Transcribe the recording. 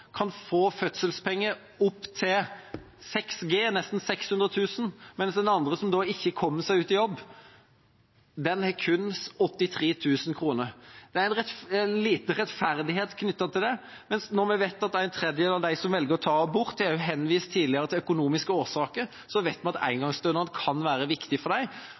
kan den ene, som har kommet seg rett ut i jobb, få fødselspenger på opptil 6 G, nesten 600 000, mens den andre, som da ikke kommer seg ut i jobb, får kun 83 000 kr. Det er liten rettferdighet knyttet til dette. Når vi vet at en tredjedel av dem som velger å ta abort, tidligere har henvist til økonomiske årsaker, så vet vi at engangsstønaden kan være viktig for dem. De